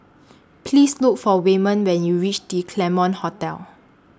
Please Look For Wayman when YOU REACH The Claremont Hotel